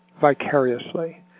vicariously